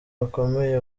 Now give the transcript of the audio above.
bakomeye